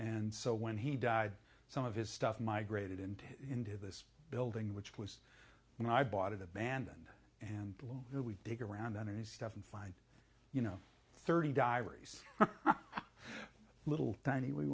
and so when he died some of his stuff migrated into into this building which was when i bought it abandoned and really big around then and stuff and find you know thirty diaries little tiny